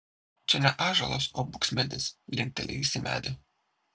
čia ne ąžuolas o buksmedis linkteli jis į medį